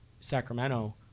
Sacramento